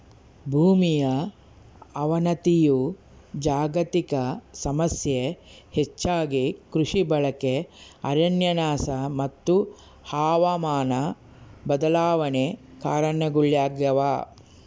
ಭೂಮಿಯ ಅವನತಿಯು ಜಾಗತಿಕ ಸಮಸ್ಯೆ ಹೆಚ್ಚಾಗಿ ಕೃಷಿ ಬಳಕೆ ಅರಣ್ಯನಾಶ ಮತ್ತು ಹವಾಮಾನ ಬದಲಾವಣೆ ಕಾರಣಗುಳಾಗ್ಯವ